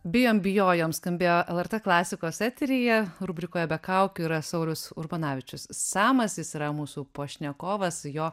bijom bijojom skambėjo lrt klasikos eteryje rubrikoje be kaukių yra saulius urbonavičius samas jis yra mūsų pašnekovas jo